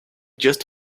just